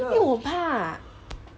因为我很怕